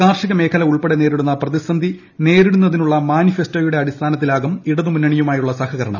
കാർഷിക മേഖല ഉൾപ്പെടെ നേരിടുന്ന പ്രതിസന്ധിക്കുനേരിടുന്നതിനുള്ള മാനിഫെസ്റ്റോയുടെ അടിസ്ഥാനത്തിലൂപ്പൂർ ഇടതുമുന്നണി യുമായുള്ള സഹകരണം